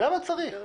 למה צריך?